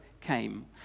came